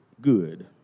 good